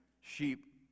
sheep